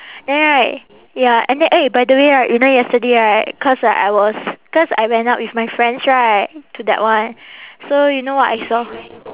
then right ya and then eh by the way right you know yesterday right cause like I was cause I went out with my friends right to that one so you know what I saw